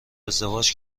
ازدواج